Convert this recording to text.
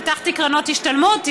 פתחתי קרנות השתלמות,